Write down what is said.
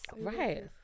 Right